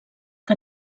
que